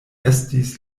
estis